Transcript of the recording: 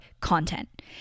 content